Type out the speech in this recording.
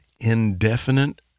indefinite